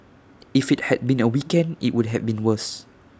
if IT had been A weekend IT would have been worse